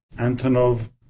Antonov